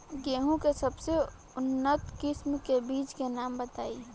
गेहूं के सबसे उन्नत किस्म के बिज के नाम बताई?